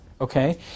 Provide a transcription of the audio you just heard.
Okay